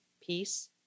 Peace